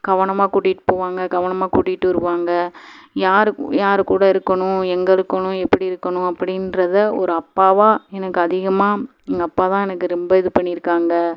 கவனமாக கூட்டிட்டுப் போவாங்கள் கவனமாக கூட்டிட்டு வருவாங்கள் யார் யார் கூட இருக்கணும் எங்கள் இருக்கணும் எப்படி இருக்கணும் அப்படின்றத ஒரு அப்பாவாக எனக்கு அதிகமாக எங்கள் அப்பா தான் எனக்கு ரொம்ப இது பண்ணியிருக்காங்க